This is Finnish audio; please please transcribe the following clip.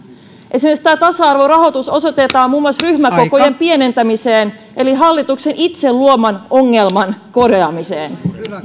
esimerkiksi tämä tasa arvorahoitus osoitetaan muun muassa ryhmäkokojen pienentämiseen eli hallituksen itse luoman ongelman korjaamiseen